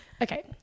Okay